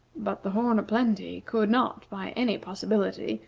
but the horn o' plenty could not, by any possibility,